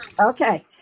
Okay